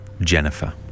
Jennifer